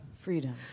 Freedom